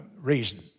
reason